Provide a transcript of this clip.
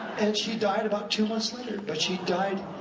and she died about two months later, but she died